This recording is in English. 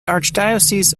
archdiocese